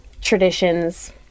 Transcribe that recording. traditions